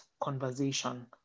conversation